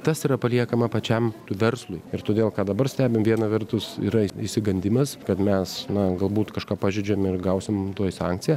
tas yra paliekama pačiam verslui ir todėl ką dabar stebime viena vertus yra išsigandimas kad mes na galbūt kažką pažeidžiame ir gausime tuoj sankciją